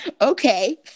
okay